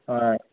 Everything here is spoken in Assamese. হয়